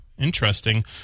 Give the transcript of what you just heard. Interesting